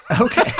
okay